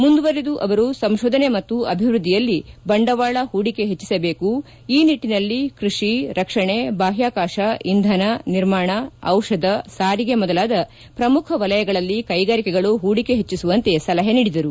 ಮುಂದುವರೆದು ಅವರು ಸಂಶೋಧನೆ ಮತ್ತು ಅಭಿವೃದ್ಧಿಯಲ್ಲಿ ಬಂಡವಾಳ ಹೂಡಿಕೆ ಹೆಚ್ಚಸಬೇಕು ಈ ನಿಟ್ಟನಲ್ಲಿ ಕೃಷಿ ರಕ್ಷಣೆ ಬಾಹ್ಯಾಕಾಶ ಇಂಧನ ನಿರ್ಮಾಣ ದಿಷಧ ಸಾರಿಗೆ ಮೊದಲಾದ ಪ್ರಮುಖ ವಲಯಗಳಲ್ಲಿ ಕೈಗಾರಿಕೆಗಳು ಹೂಡಿಕೆ ಹೆಚ್ಚಿಸುವಂತೆ ಸಲಹೆ ನೀಡಿದರು